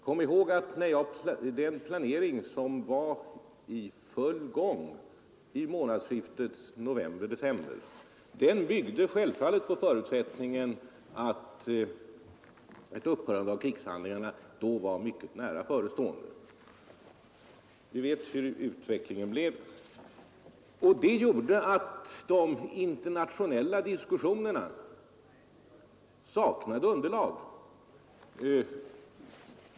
Kom ihåg att den planering som var i full gång vid månadsskiftet november-december självfallet byggde på förutsättningen att ett upphörande av krigshandlingarna då var mycket nära förestående. Vi vet hurudan utvecklingen blev, och det gjorde att de internationella diskussionerna saknade underlag.